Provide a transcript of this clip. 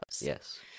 Yes